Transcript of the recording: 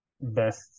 best